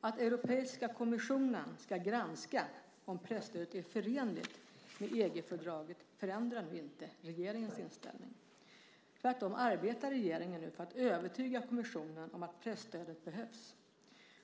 Att Europeiska kommissionen ska granska om presstödet är förenligt med EG-fördraget förändrar inte regeringens inställning. Tvärtom arbetar regeringen nu för att övertyga kommissionen om att presstödet behövs.